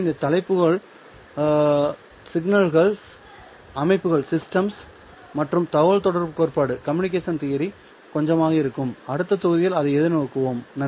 எனவே இந்த தலைப்புகள் சிக்னல்கள் அமைப்புகள் மற்றும் தகவல்தொடர்பு கோட்பாடு கொஞ்சமாக இருக்கும் அடுத்த தொகுதியில் அதை எதிர்நோக்குவோம்